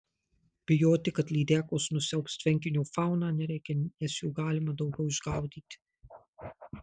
bijoti kad lydekos nusiaubs tvenkinio fauną nereikia nes jų galima daugiau išgaudyti